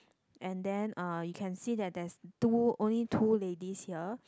and then uh you can see that there's two only two ladies here